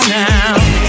now